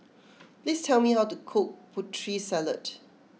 please tell me how to cook Putri Salad